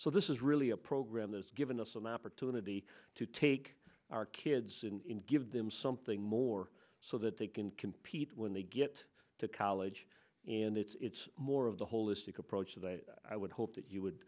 so this is really a program that's given us an opportunity to take our kids in give them something more so that they can compete when they get to college and it's more of the holistic approach that i would hope that you would